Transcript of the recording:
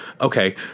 okay